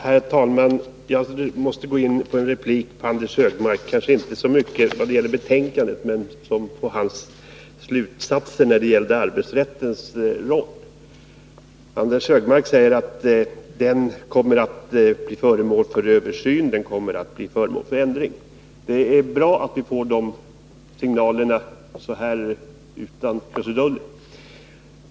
Herr talman! Jag måste ge en replik till Anders Högmark — kanske inte så mycket i vad gäller betänkandet som i vad gäller hans slutsatser rörande arbetsrättens roll. Anders Högmark säger att den kommer att bli föremål för översyn och ändring. Det är bra att vi får de signalerna utan krusiduller.